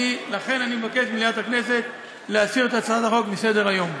לכן אני מבקשת ממליאת הכנסת להסיר את הצעת החוק מסדר-היום.